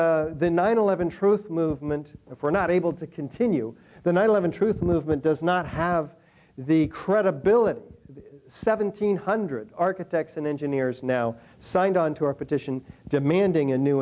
then the nine eleven truth movement were not able to continue the nine eleven truth movement does not have the credibility of seventeen hundred architects and engineers now signed onto a petition demanding a new